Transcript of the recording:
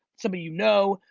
somebody you know,